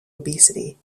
obesity